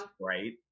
Right